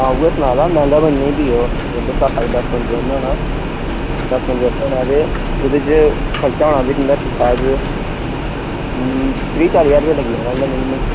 हां इयै सना दा मैहंगा बनना ई फ्ही ओह् जियां तुस आक्खा दे दस्स बंदें दा बनाना ऐ दस्स बंदें दा बनाना ते इदे च खर्चा होना वीर ठीक ठाक वीर त्रीह् चाली ज्हार रपेआ लग्गी जाना तुंदा मिनीमम